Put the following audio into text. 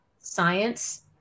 science